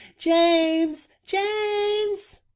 james james!